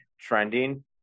trending